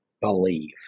believe